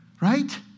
Right